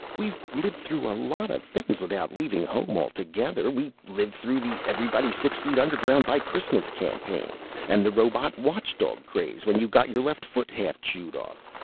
we've lived through a lot of things without leaving home altogether. we lived through the everybody-six-feet-underground-by-christmas campaign and the robot watchdog craze, when you got your left foot half chewed off.